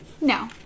No